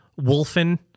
Wolfen